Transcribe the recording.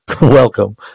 welcome